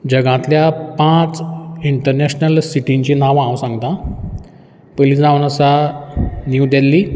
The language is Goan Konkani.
जगांतल्या पांच इंटरनॅशनल सिटींचीं नांवां हांव सांगतां पयली जावन आसा नीव दिल्ली